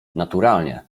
naturalnie